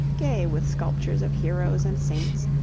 gay with sculptures of heroes and saints,